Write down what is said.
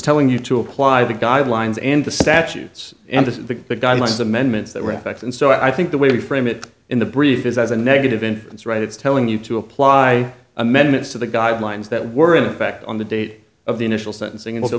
telling you to apply the guidelines and the statutes and the guidelines amendments that were in effect and so i think the way we frame it in the brief is as a negative in its right it's telling you to apply amendments to the guidelines that were in effect on the date of the initial sentencing